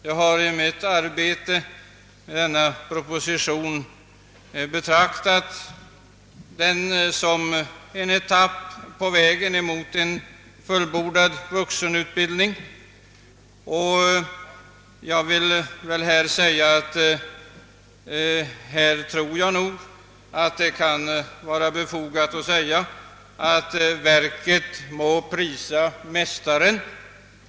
Jag har betraktat denna proposition som en etapp på vägen mot en fullt utbyggd vuxenutbildning. Men det kan nog vara befogat att i detta sammanhang säga att »verket må prisa mästaren».